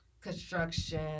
construction